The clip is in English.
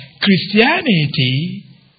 Christianity